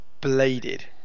bladed